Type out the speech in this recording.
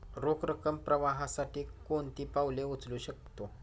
रोख रकम प्रवाहासाठी कोणती पावले उचलू शकतो?